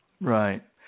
Right